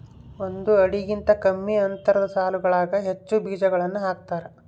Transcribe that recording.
ಒಂದು ಅಡಿಗಿಂತ ಕಮ್ಮಿ ಅಂತರದ ಸಾಲುಗಳಾಗ ಹೆಚ್ಚು ಬೀಜಗಳನ್ನು ಹಾಕ್ತಾರ